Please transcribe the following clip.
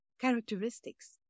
characteristics